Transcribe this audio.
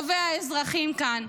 טובי האזרחים כאן.